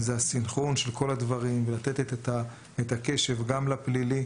זה הסנכרון של כל הדברים ולתת את הקשב גם לפלילי.